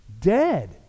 Dead